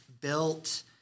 built